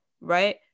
right